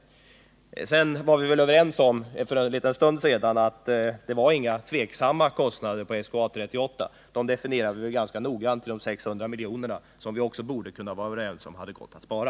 För en liten stund sedan var vi väl överens om att det inte fanns några tveksamma kostnader för SK 38/A 38. Kostnaderna definierade vi ganska noggrant till 600 milj.kr., som vi också borde vara överens om hade gått att spara.